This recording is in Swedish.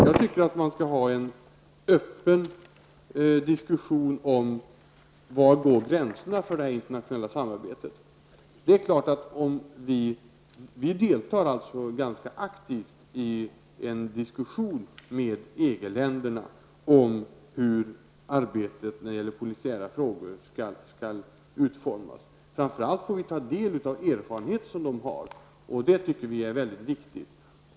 Jag tycker att man skall ha en öppen diskussion om var gränserna för det internationella samarbetet går. Vi deltar ganska aktivt i en diskussion med EG länderna om hur arbetet med polisiära frågor skall utformas. Framför allt får vi ta del av erfarenheter som de har, och det tycker vi är mycket viktigt.